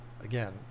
again